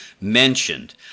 mentioned